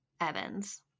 Evans